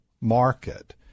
market